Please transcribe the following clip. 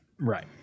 Right